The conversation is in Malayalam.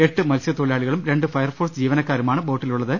എട്ട് മത്സ്യത്തൊഴിലാളികളും രണ്ട് ഫയർഫോഴ്സ് ജീവനക്കാരുമാണ് ബോട്ടിലുള്ളത്